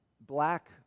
black